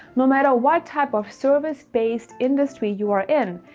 no matter what type of service based industry you are in,